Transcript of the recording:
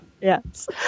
Yes